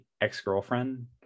ex-girlfriend